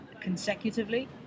consecutively